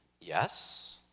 Yes